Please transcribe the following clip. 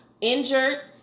Injured